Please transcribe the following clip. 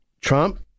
Trump